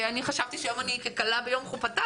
אני חשבתי שאני היום ככלה ביום חופתה,